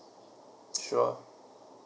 sure